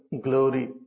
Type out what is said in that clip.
glory